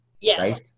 Yes